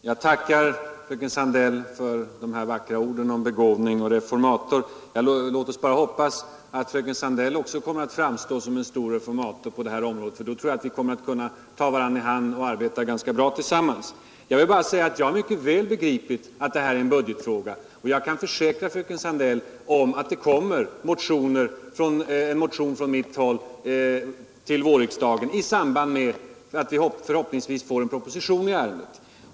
Herr talman! Jag tackar fröken Sandell för de vackra orden om begåvning och om reformator. Låt oss bara hoppas att fröken Sandell också kommer att framstå som en stor reformator på detta område; då tror jag att vi kan ta varandra i hand och arbeta ganska bra tillsammans. Jag har mycket väl begripit att detta är en budgetfråga, och jag kan försäkra fröken Sandell att det kommer en motion från mitt håll till vårriksdagen i samband med att vi förhoppningsvis får en proposition i ärendet.